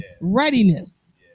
readiness